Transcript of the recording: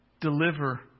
deliver